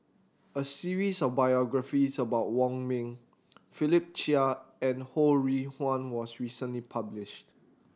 a series of biographies about Wong Ming Philip Chia and Ho Rih Hwa was recently published